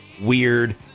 weird